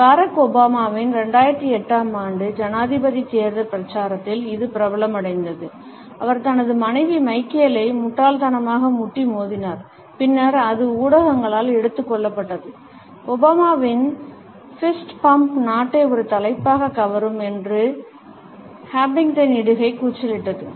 பராக் ஒபாமாவின் 2008 ஆம் ஆண்டு ஜனாதிபதித் தேர்தல் பிரச்சாரத்தில் இது பிரபலமடைந்தது அவர் தனது மனைவி மைக்கேலை முட்டாள்தனமாக முட்டி மோதினார் பின்னர் அது ஊடகங்களால் எடுத்துக் கொள்ளப்பட்டது ஒபாமாவின் ஃபிஸ்ட் பம்ப் நாட்டை ஒரு தலைப்பாகக் கவரும் என்று ஹஃபிங்டன் இடுகை கூச்சலிட்டது